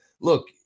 Look